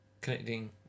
connecting